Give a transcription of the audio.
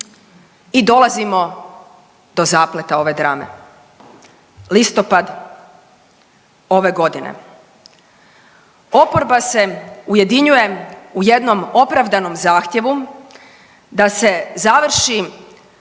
I dolazimo do zapleta ove drame, listopad ove godine oporba se ujedinjuje u jednom opravdanom zahtjevu da se završi